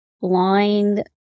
blind